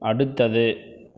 அடுத்தது